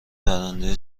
برنده